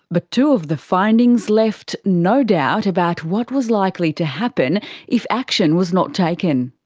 but two of the findings left no doubt about what was likely to happen if action was not taken.